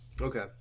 Okay